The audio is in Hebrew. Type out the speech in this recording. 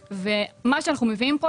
מה שאנחנו מביאים כאן,